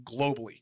globally